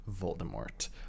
Voldemort